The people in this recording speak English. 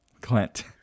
clint